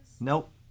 Nope